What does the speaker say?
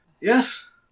Yes